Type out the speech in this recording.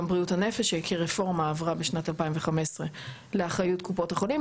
גם בריאות הנפש שכרפורמה עברה בשנת 2015 לאחריות קופות החולים.